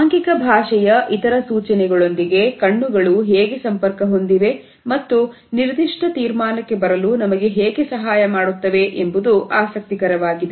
ಆಂಗಿಕ ಭಾಷೆಯ ಇತರ ಸೂಚನೆಗಳೊಂದಿಗೆ ಕಣ್ಣುಗಳು ಹೇಗೆ ಸಂಪರ್ಕ ಹೊಂದಿವೆ ಮತ್ತು ನಿರ್ದಿಷ್ಟ ತೀರ್ಮಾನಕ್ಕೆ ಬರಲು ನಮಗೆ ಹೇಗೆ ಸಹಾಯ ಮಾಡುತ್ತವೆ ಎಂಬುದು ಆಸಕ್ತಿಕರವಾಗಿದೆ